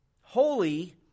Holy